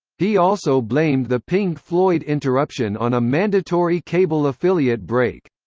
he also blamed the pink floyd interruption on a mandatory cable affiliate break.